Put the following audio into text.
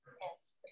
Yes